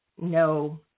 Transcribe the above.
no